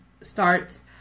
starts